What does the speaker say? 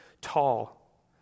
tall